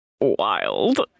wild